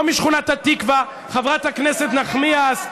לא משכונת התקווה, חברת הכנסת נחמיאס,